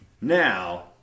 now